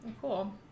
cool